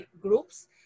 groups